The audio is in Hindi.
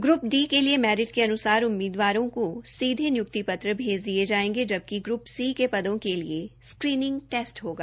ग्रप डी के लिए मेरिट के अनुसार उम्मीदवारों को सीधे नियुक्ति पत्र भैज दिये जायेंगे जबकि ग्रुप सी के पदों के लिए स्क्रीनिंग टेस्ट होगा